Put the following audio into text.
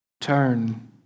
Turn